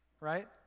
right